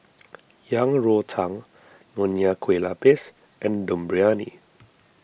Yang Rou Tang Nonya Kueh Lapis and Dum Briyani